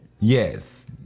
yes